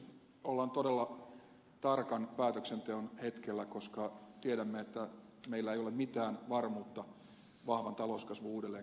ollaan todella tarkan päätöksenteon hetkellä koska tiedämme että meillä ei ole mitään varmuutta vahvan talouskasvun uudelleenkäynnistymisestä